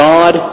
God